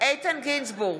איתן גינזבורג,